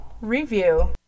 Review